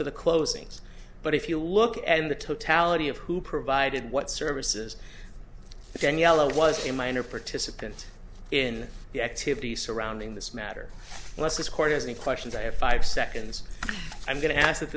to the closings but if you look at the totality of who provided what services daniela was a minor participant in the activity surrounding this matter unless this court has any questions i have five seconds i'm going to ask that